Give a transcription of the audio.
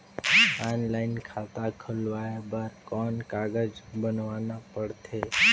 Online खाता खुलवाय बर कौन कागज बनवाना पड़थे?